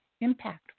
impact